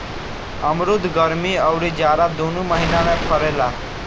अमरुद गरमी अउरी जाड़ा दूनो महिना में फरेला